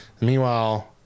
Meanwhile